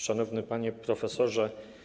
Szanowny Panie Profesorze!